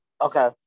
Okay